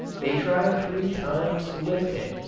they tried three times to lift him,